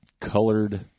colored